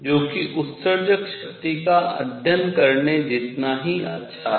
जो कि उत्सर्जक शक्ति का अध्ययन करने जितना ही अच्छा है